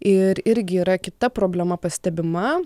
ir irgi yra kita problema pastebima